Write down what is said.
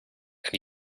and